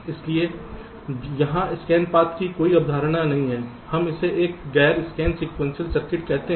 इसलिए यहां स्कैन पथ की कोई अवधारणा नहीं है हम इसे एक गैर स्कैन सीक्वेंशियल सर्किट कहते हैं